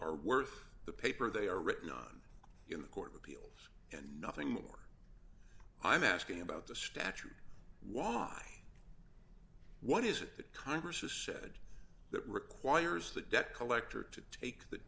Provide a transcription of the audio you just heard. are worth the paper they are written on in the court of appeal and nothing more i'm asking about the statute why what is it that congress has said that requires the debt collector to take the